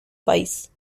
país